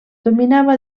dominava